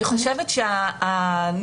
לדעתי,